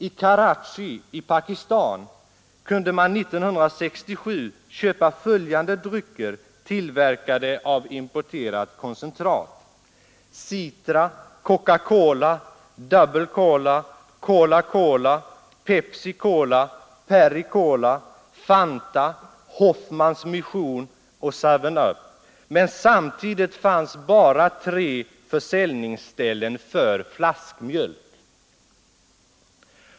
I Karachi i Pakistan kunde man 1967 köpa följande drycker tillverkade av importerat koncentrat: Citra, Coca Cola, Double Cola, Kola Kola, Pepsi Cola, Perri Cola, Fanta, Hoffmans Mission och Seven Up, men samtidigt fanns bara tre försäljningsställen för flaskmjölk.